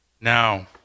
Now